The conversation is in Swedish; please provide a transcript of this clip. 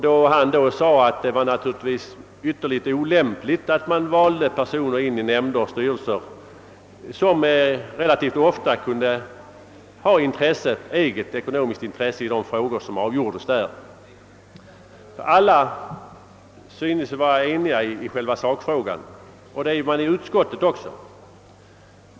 Då sade han att det naturligtvis var ytterligt olämpligt, att man i nämnder och styrelser invalde personer, som relativt ofta kunde ha eget ekonomiskt intresse i de frågor som avgjordes där. Alla tycks alltså vara eniga i själva sakfrågan, även utskottet.